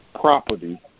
property